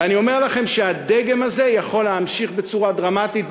ואני אומר לכם שהדגם הזה יכול להמשיך בצורה דרמטית,